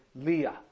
Leah